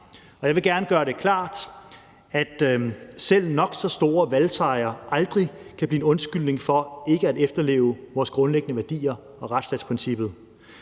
Jeg vil gerne gøre det klart, at selv nok så store valgsejre aldrig kan blive en undskyldning for ikke at efterleve vores grundlæggende værdier og retsstatsprincippet.